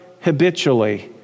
habitually